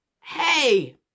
Hey